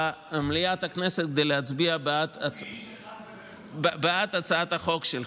במליאת הכנסת, כדי להצביע בעד הצעת החוק שלך.